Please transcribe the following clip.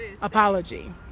apology